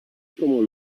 como